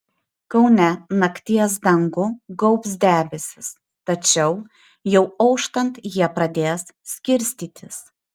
kaune nakties dangų gaubs debesys tačiau jau auštant jie pradės skirstytis